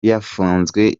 yafunzwe